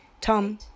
Tom